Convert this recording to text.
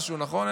אין משהו, נכון?